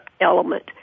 element